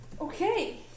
Okay